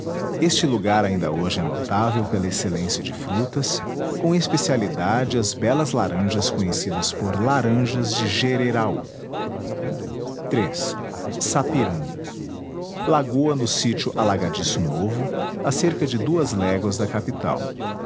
este lugar ainda hoje é notável pela excelência de frutas com especialidade as belas laranjas conhecidas por laranjas de jereraú iii sapiranga lagoa no sítio alagadiço novo a cerca de duas léguas da capital